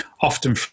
often